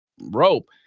rope